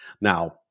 Now